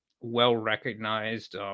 well-recognized